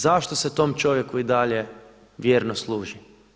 Zašto se tom čovjeku i dalje vjerno služi?